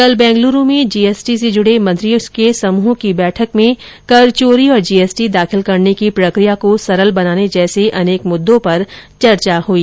कल बेंगलुरू में जीएसटी से जुड़े मंत्रियों के समूह की बैठक में कर चोरी और जीएसटी दाखिल करने की प्रक्रिया को सरल बनाने जैसे अनेक मुद्दों पर चर्चा हुई